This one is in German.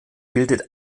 bildet